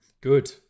Good